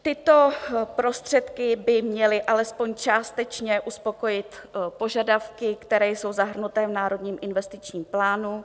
Tyto prostředky by měly alespoň částečně uspokojit požadavky, které jsou zahrnuty v Národním investičním plánu.